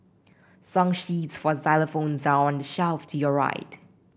song sheets for xylophones are on the shelf to your right